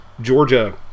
Georgia